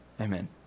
Amen